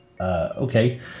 Okay